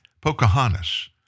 Pocahontas